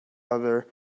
other